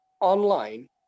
online